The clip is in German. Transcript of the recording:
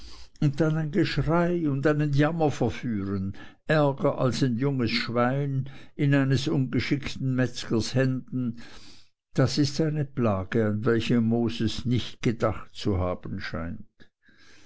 und dann ein geschrei und einen jammer verführen ärger als ein junges schwein in eines ungeschickten metzgers händen das ist eine plage an welche moses nicht gedacht zu haben scheint